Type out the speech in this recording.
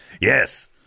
Yes